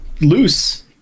loose